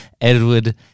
Edward